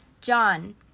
John